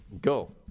go